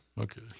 Okay